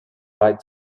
right